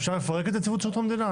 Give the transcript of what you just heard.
אפשר לפרק את נציבות שירות המדינה?